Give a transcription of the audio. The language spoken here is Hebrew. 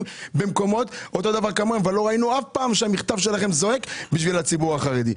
לא ראינו אף פעם שהמכתב שלכם זועק בשביל הציבור החרדי.